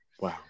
Wow